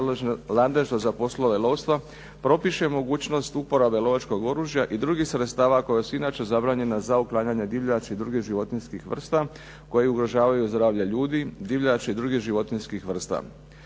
nadležno za poslove lovstva propiše mogućnost uporabe lovačkog oružja i drugih sredstava koja su inače zabranjena za uklanjanje divljači i drugih životinjskih vrsta koji ugrožavaju zdravlje ljudi, divljači i drugih životinjskih vrsta.